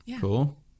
cool